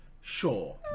Sure